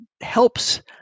helps